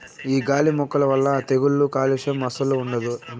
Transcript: ఈ గాలి మొక్కల వల్ల తెగుళ్ళు కాలుస్యం అస్సలు ఉండదట